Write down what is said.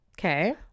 Okay